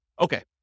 Okay